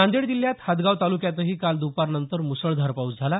नांदेड जिल्ह्यात हदगाव तालुक्यातही काल दुपारनंतर मुसळधार पाऊस झाला